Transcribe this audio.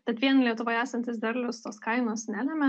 tad vien lietuvoje esantis derlius tos kainos nelemia